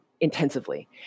intensively